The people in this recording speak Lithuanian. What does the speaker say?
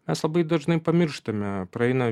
mes labai dažnai pamirštame praeina